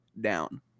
down